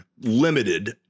limited